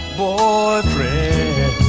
boyfriend